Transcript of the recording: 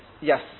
Yes